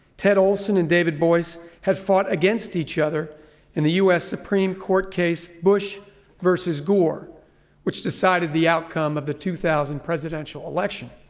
ted olson and david boies have fought against each other in the u s. supreme court case bush versus gore which decided the outcome of the two thousand presidential election.